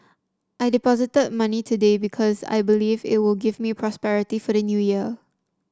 I deposited money today because I believe it will give me prosperity for the New Year